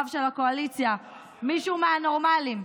מישהו מהנורמליים,